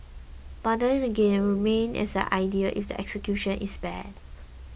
but again it will remain as an idea if the execution is bad